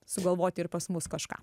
sugalvoti ir pas mus kažką